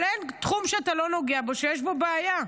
אבל אין תחום שאתה לא נוגע בו שאין בו בעיה.